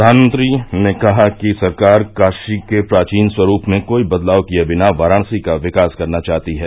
प्रधानमंत्री ने कहा कि सरकार काशी के प्राचीन स्वरूप में कोई बदलाव किये बिना वाराणसी का विकास करना चाहती है